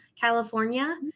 California